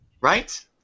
Right